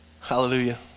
Hallelujah